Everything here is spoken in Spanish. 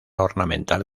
ornamental